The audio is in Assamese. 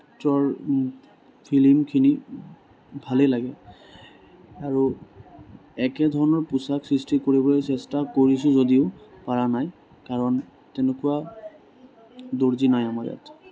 ফিল্মখিনি ভালেই লাগে আৰু একে ধৰণৰ পোচাক সৃষ্টি কৰিবলৈ চেষ্টা কৰিছোঁ যদিও পৰা নাই কাৰণ তেনেকুৱা দৰ্জী নাই আমাৰ ইয়াত